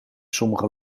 sommige